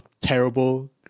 terrible